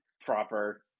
proper